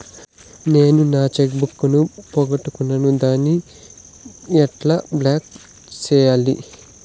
నేను నా cheque book ను పోగొట్టుకున్నాను దాన్ని ఎట్లా బ్లాక్ సేయాలి?